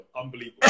unbelievable